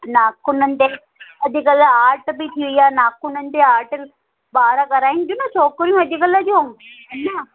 नाखुननि ते अॼुकल्ह आट बि थी वई आहे नाखुननि ते आट ॿार कराईंदियूं न छोकिरियूं अॼुकल्ह जूं अञां